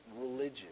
religion